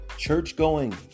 church-going